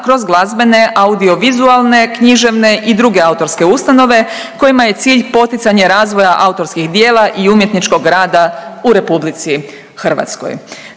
kroz glazbene, audiovizualne, književne i druge autorske ustanove kojima je cilj poticanje razvoja autorskih djela i umjetničkog rada u Republici Hrvatskoj.